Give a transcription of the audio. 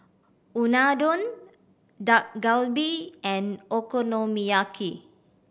Unadon Dak Galbi and Okonomiyaki